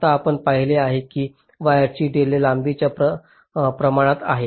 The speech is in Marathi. तर आपण पाहिले आहे की वायरची डीलेय लांबीच्या प्रमाणात आहे